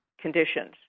conditions